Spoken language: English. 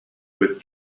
with